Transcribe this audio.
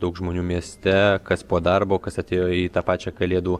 daug žmonių mieste kas po darbo kas atėjo į tą pačią kalėdų